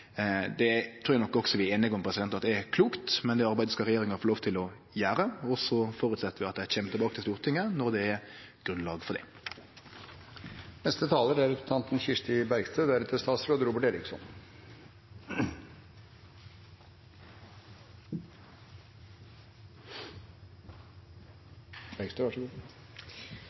Det trur eg nok også at vi er einige om at er klokt, men det arbeidet skal regjeringa få lov til å gjere, og så føreset vi at dei kjem tilbake til Stortinget når det er grunnlag for